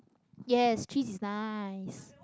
yes cheese is nice